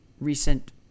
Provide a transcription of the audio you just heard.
recent